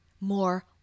more